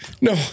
No